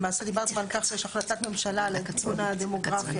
למעשה דיברתם על כך שיש החלטת ממשלה לעדכון הדמוגרפי.